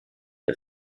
der